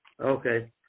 Okay